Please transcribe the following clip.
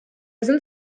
sind